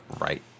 right